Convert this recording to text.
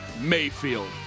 Mayfield